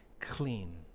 clean